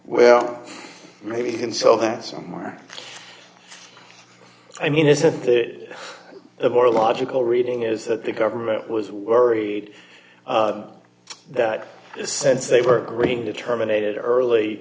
well maybe you can sell that somewhere i mean isn't that the more logical reading is that the government was worried that since they were agreeing to terminated early